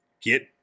get